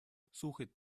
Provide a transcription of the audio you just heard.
suche